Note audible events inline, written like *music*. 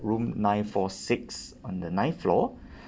room nine four six on the ninth floor *breath*